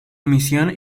misión